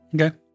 Okay